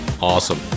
awesome